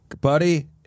Buddy